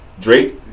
Drake